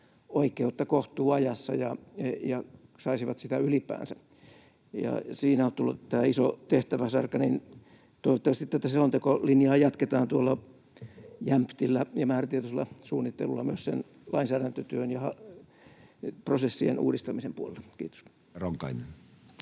oikeutta kohtuuajassa ja saisivat sitä ylipäänsä, ja siinä on tullut iso tehtäväsarka. Toivottavasti tätä selontekolinjaa jatketaan tuolla jämptillä ja määrätietoisella suunnittelulla myös lainsäädäntötyön ja prosessien uudistamisen puolella. — Kiitos.